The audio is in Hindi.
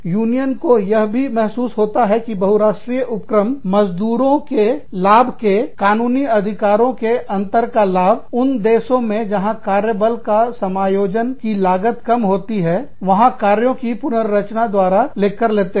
यूनियनों को यह भी महसूस होता है कि बहुराष्ट्रीय उपक्रमMNE's मज़दूरों के लाभ के कानूनी अधिकारों के अंतर का लाभ उन देशों में जहां कार्यबल के समायोजन की लागत कम होती है वहां कार्यों का पुनर्रचना द्वारा लेते हैं